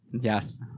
Yes